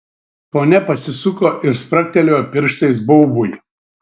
ponia pasisuko ir spragtelėjo pirštais baubui